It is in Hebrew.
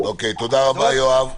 תודה רבה, יואב.